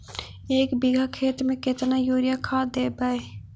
एक बिघा खेत में केतना युरिया खाद देवै?